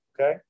Okay